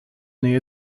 nähe